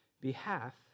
behalf